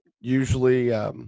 usually